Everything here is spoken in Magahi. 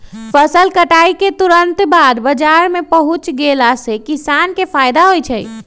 फसल कटाई के तुरत बाद बाजार में पहुच गेला से किसान के फायदा होई छई